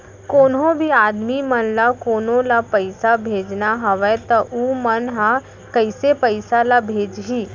कोन्हों भी आदमी मन ला कोनो ला पइसा भेजना हवय त उ मन ह कइसे पइसा ला भेजही?